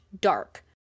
dark